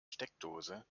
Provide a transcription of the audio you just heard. steckdose